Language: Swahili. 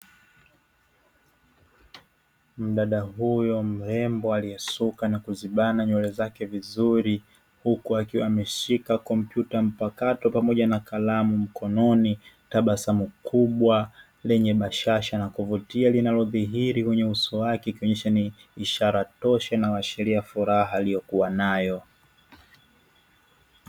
Mdada huyu mrembo aliyesuka na kuzibana nywele zake vizuri, huku akiwa ameshika kompyuta mpakato pamoja na kalamu mkononi, tabasamu kubwa lenye bashasha na kuvutia; linalodhihiri kwenye uso wake, ikionyesha ni ishara tosha inayoashiria furaha aliyokuwa nayo.